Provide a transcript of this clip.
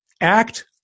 act